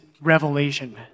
revelation